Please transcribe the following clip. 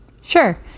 Sure